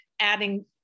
adding